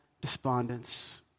Despondence